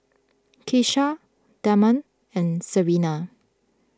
Keesha Damond and Serena